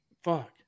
fuck